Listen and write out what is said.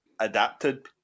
adapted